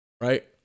right